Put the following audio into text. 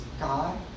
God